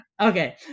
okay